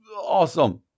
awesome